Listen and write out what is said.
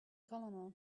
colonel